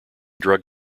drug